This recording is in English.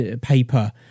paper